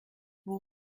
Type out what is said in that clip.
vous